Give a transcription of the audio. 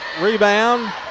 Rebound